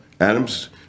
adams